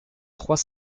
trois